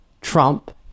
Trump